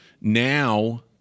Now